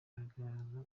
igaragaza